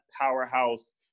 powerhouse